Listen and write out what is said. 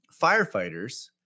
firefighters